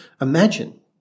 imagine